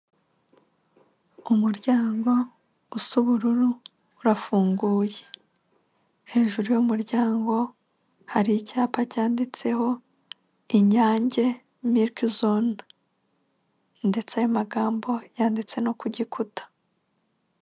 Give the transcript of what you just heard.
Umuryango usa ubururu urafunguye. Hejuru y'umuryango hari icyapa cyanditseho inyange miriki zone ndetse aya magambo yanditse no ku gikuta.